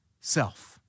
self